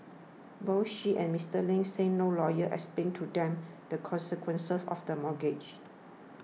both she and Mister Ling said no lawyer explained to them the consequences of the mortgage